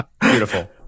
Beautiful